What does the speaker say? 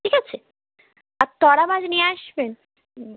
ঠিক আছে আর টোরা মাছ নিয়ে আসবেন হুম